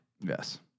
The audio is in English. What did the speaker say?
Yes